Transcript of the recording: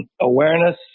awareness